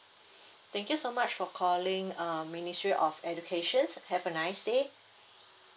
thank you so much for calling err ministry of education have a nice day